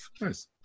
nice